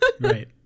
Right